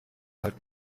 halt